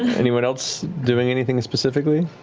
anyone else doing anything specifically?